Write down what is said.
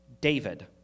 David